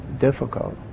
difficult